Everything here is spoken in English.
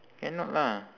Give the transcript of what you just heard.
cannot lah